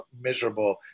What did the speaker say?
miserable